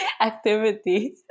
activities